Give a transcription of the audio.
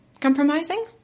Compromising